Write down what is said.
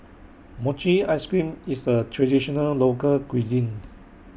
Mochi Ice Cream IS A Traditional Local Cuisine